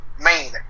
main